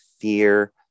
fear